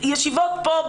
ישיבות פה,